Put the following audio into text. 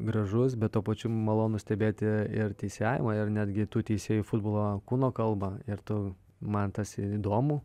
gražus bet tuo pačiu malonu stebėti ir teisėjavimą ir netgi tų teisėjų futbolo kūno kalbą ir tu man tas įdomu